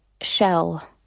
shell